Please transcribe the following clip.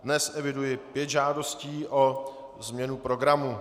Dnes eviduji pět žádostí o změnu programu.